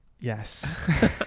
Yes